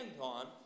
on